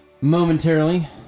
momentarily